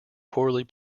poorly